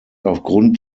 aufgrund